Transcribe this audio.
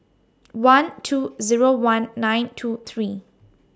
one two Zero one nine two three